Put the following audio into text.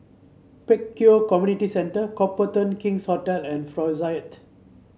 Pek Kio Community Centre Copthorne King's Hotel and